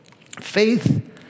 faith